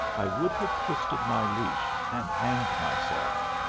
i would have twisted my leash and hanged myself.